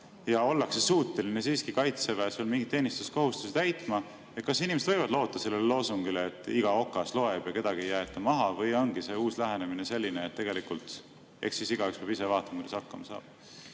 aga ollakse suuteline siiski Kaitseväes veel mingeid teenistuskohustusi täitma. Kas inimesed võivad loota sellele loosungile "Iga okas loeb" ja et kedagi ei jäeta maha või ongi uus lähenemine selline, et tegelikult igaüks peab ise vaatama, kuidas hakkama saab?